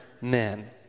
men